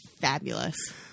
fabulous